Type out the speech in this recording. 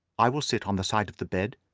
i will sit on the side of the bed,